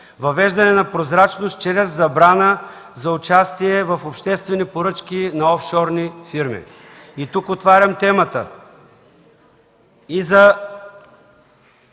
въвеждане на прозрачност чрез забрана за участие в обществени поръчки на офшорни фирми. Тук отварям темата